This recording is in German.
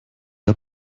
der